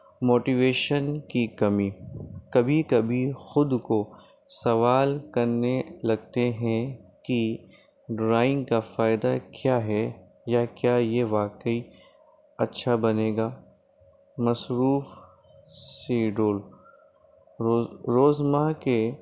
motivation کی کمی کبھی کبھی خود کو سوال کرنے ہیں کہ ڈرائنگ کا فائدہ کیا ہے یا کیا یہ واقعی اچھا بنے گا مصروف شیڈول روز روز مرہ کے